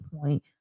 point